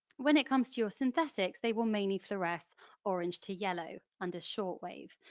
when it comes to ah synthetics they will mainly fluoresce orange to yellow under shortwave,